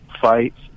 Fights